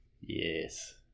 Yes